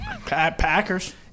Packers